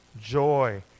joy